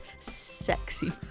sexy